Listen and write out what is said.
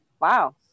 wow